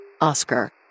Oscar